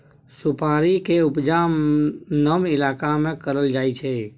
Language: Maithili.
सुपारी के उपजा नम इलाका में करल जाइ छइ